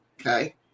okay